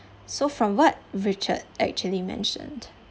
so from what richard actually mentioned